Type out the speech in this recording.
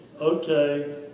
Okay